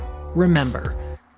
remember